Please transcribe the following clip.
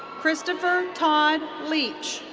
christopher todd leach.